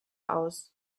aus